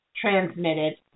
transmitted